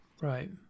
Right